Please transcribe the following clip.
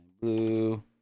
Blue